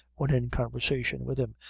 when in conversation with him.